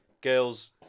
girls